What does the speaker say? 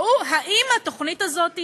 והוא: האם התוכנית הזאת,